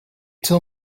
till